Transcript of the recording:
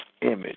image